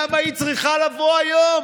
למה היא צריכה לבוא היום?